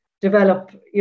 develop